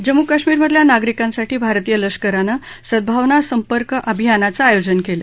जम्मू कश्मीरमधल्या नागरिकांसाठी भारतीय लष्करानं सद्गावना संपर्क अभियानाचं आयोजन केलं